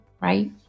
right